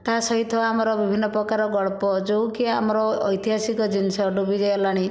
ତା ସହିତ ଆମର ବିଭିନ୍ନ ପ୍ରକାର ଗଳ୍ପ ଯୋଉ କି ଆମର ଐତିହାସିକ ଜିନିଷ ଡୁବି ଗଲାଣି